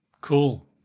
Cool